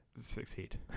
succeed